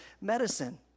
medicine